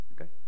Okay